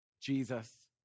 Jesus